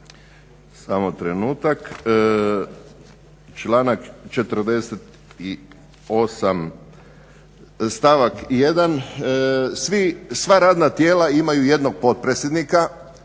samo trenutak, članak 48. stavak 1. sva radna tijela imaju jednog potpredsjednika